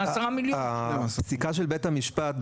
הפסיקה של בית המשפט,